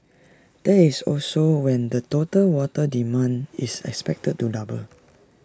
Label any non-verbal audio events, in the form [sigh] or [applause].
that is also when the total water demand [noise] is expected to double